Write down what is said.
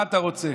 מה אתה רוצה?